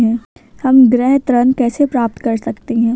हम गृह ऋण कैसे प्राप्त कर सकते हैं?